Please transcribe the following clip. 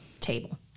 table